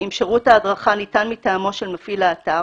אם שירות ההדרכה ניתן מטעמו של מפעיל האתר,